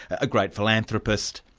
a great philanthropist,